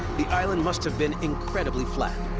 the island must have been incredibly flat,